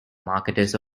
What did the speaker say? marketers